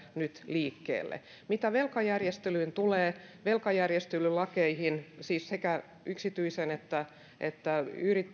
nyt liikkeelle mitä velkajärjestelyyn tulee niin velkajärjestelylakeihin siis sekä yksityisten että että